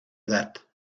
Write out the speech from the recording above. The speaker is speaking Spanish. edad